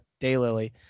Daylily